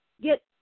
get